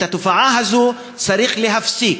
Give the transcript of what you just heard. את התופעה הזאת צריך להפסיק,